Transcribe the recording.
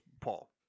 Paul